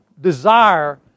desire